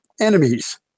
enemies